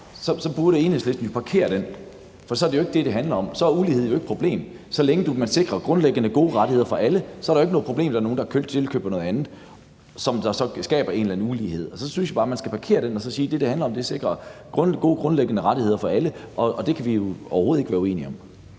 jo parkere hele den her ulighedsdebat, for så er det jo ikke ulighed, det handler om, altså, så er ulighed jo ikke problemet. Så længe man sikrer gode grundliggende rettigheder for alle, er der jo ikke noget problem i, at der er nogen, der tilkøber noget andet, som der så skaber en eller anden form for ulighed. Så jeg synes, at man bare skal parkere den og så sige, at det, det handler om, er at sikre gode grundliggende rettigheder for alle, og det kan vi jo overhovedet ikke være uenige om.